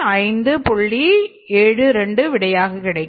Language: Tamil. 72 விடையாக கிடைக்கும்